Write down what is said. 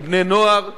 של בני נוער,